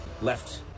left